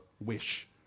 wish